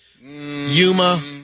Yuma